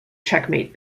checkmate